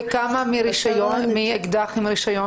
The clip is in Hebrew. וכמה מנשק עם רישיון?